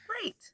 Great